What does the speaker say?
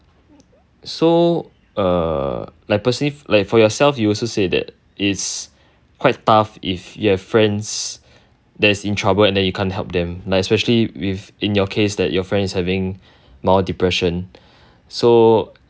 so err like personally like for yourself you also said that it's quite tough if you have friends that's in trouble and then you can't help them like especially with in your case that your friend is having mild depression so